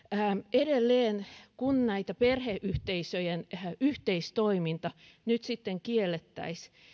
edelleen kun tämä perheyhteisöjen yhteistoiminta nyt sitten kiellettäisiin